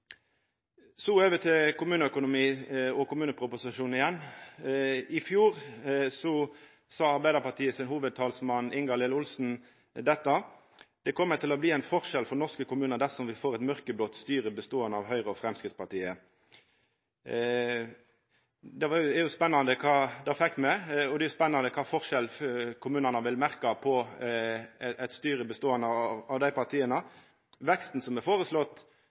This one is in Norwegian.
Så går eg over til kommuneøkonomi og kommuneproposisjonen igjen. I fjor sa Arbeidarpartiet sin hovudtalsperson, Ingalill Olsen: «Det kommer til å bli en forskjell for norske kommuner dersom vi får et mørkeblått styre bestående av Høyre og Fremskrittspartiet.» Det fekk me, og det er jo spennande kva for forskjell kommunane vil merkja med eit styre med dei partia. Veksten som er foreslått,